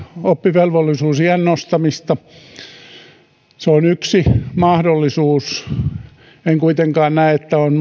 oppivelvollisuusiän nostamista se on yksi mahdollisuus en kuitenkaan näe että on